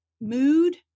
mood